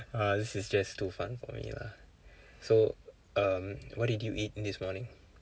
ah this is just too fun for me lah so um what did you eat this morning